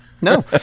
no